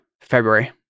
February